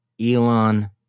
elon